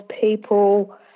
people